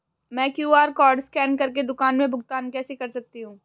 मैं QR code scan कर के दुकान में भुगतान कैसे कर सकती हूँ?